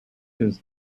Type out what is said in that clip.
his